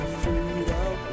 freedom